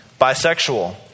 Bisexual